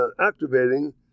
activating